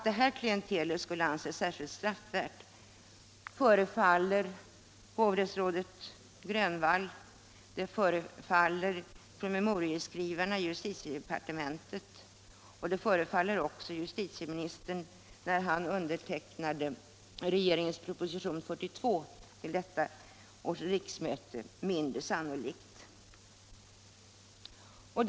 Det har förefallit hovrättsrådet Grönvall, promemorieskrivarna i justitiedepartementet och också justitieministern när han undertecknade regeringens proposition nr 42 till detta års riksmöte mindre sannolikt att detta klientel skulle vara särskilt straffvärt.